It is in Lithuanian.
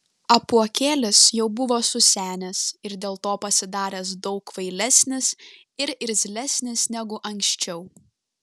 apuokėlis jau buvo susenęs ir dėl to pasidaręs daug kvailesnis ir irzlesnis negu anksčiau